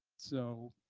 so